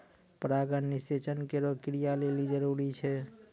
परागण निषेचन केरो क्रिया लेलि जरूरी छै